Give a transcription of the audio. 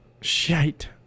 Shite